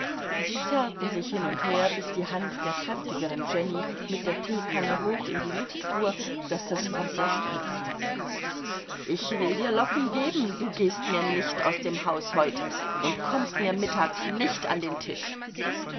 sie zerrten sich hin und her bis die hand der kräftigeren jenny mit der teekanne hoch in die luft fuhr daß das wasser spritzte ich will dir locken geben du gehst mir nicht aus dem haus heut und kommst mir mittags nicht an den tisch